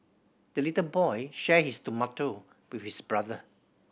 the little boy shared his tomato with his brother